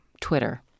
Twitter